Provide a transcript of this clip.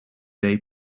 day